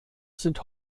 sind